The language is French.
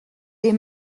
des